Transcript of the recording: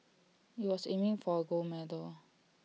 he was aiming for A gold medal